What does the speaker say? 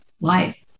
life